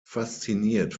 fasziniert